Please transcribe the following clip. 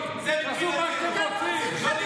זה בדיוק מה שאתם רוצים.